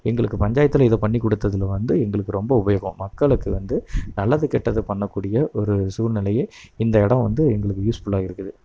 எங்களுக்கு பஞ்சாயத்தில் இதை பண்ணி கொடுத்துல வந்து எங்களுக்கு ரொம்ப உபயோகம் மக்களுக்கு வந்து நல்லது கெட்டது பண்ண கூடிய ஒரு சூழ்நிலை இந்த இடோம் வந்து எங்களுக்கு யூஸ் ஃபுல்லாக இருக்குது